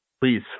please